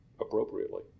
appropriately